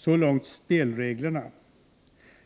Så långt spelreglerna.